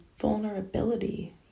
vulnerability